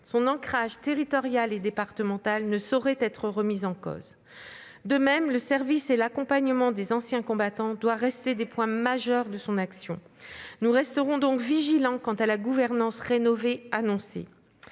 Son ancrage territorial et départemental ne saurait être remis en cause. De même, le service et l'accompagnement des anciens combattants doivent rester des points majeurs de son action. Nous resterons donc vigilants sur la rénovation annoncée